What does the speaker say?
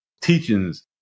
teachings